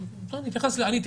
אתייחס לזה.